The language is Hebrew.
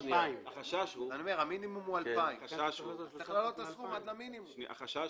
החשש הוא,